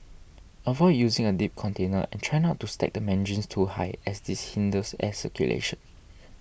avoid using a deep container try not to stack the mandarins too high as this hinders air circulation